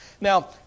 Now